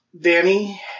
Danny